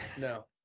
no